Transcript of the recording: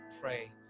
pray